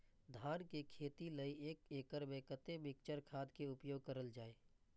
धान के खेती लय एक एकड़ में कते मिक्चर खाद के उपयोग करल जाय?